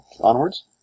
onwards